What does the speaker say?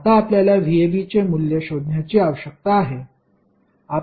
आता आपल्याला vab चे मूल्य शोधण्याची आवश्यकता आहे